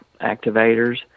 activators